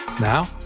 Now